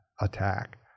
attack